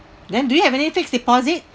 then do you have any fixed deposit